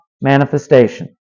manifestation